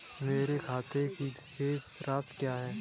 मेरे खाते की शेष राशि क्या है?